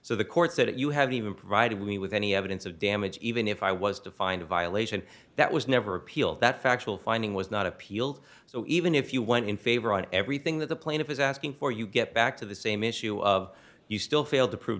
so the court said that you have even provided me with any evidence of damage even if i was to find a violation that was never appealed that factual finding was not appealed so even if you went in favor on everything that the plaintiff is asking for you get back to the same issue of you still failed to prove